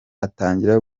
atangira